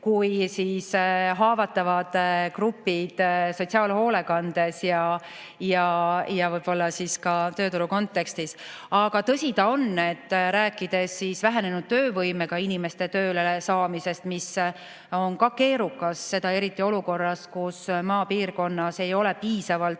kui haavatavad grupid sotsiaalhoolekandes ja võib-olla ka tööturu kontekstis. Aga tõsi ta on, et rääkides vähenenud töövõimega inimeste töölesaamisest, mis on ka keerukas, seda eriti olukorras, kus maapiirkonnas ei ole piisavalt